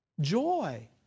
joy